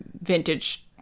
vintage